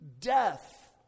death